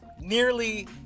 Nearly